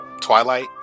twilight